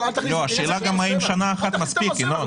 השאלה היא האם שנה אחת מספיקה.